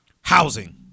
housing